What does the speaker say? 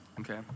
Okay